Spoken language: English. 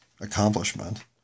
accomplishment